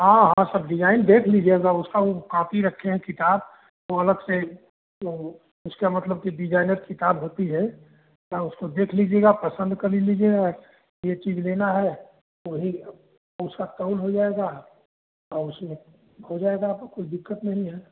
हाँ हाँ सब डिज़ाइन देख लीजिएगा उसका वह काँपी रखें हैं किताब वह अलग से उसका मतलब कि डिजाइनर किताब होती है यहाँ उसको देख लीजिएगा पसंद कर लीजिएगा यह चीज़ लेना है वही उसका काउंट हो जाएगा और उसमें हो जाएगा आपको कुछ दिक़्क़त नहीं है